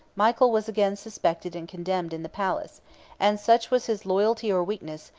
michael was again suspected and condemned in the palace and such was his loyalty or weakness,